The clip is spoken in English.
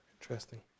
Interesting